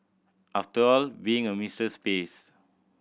after all being a mistress pays